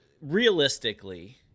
realistically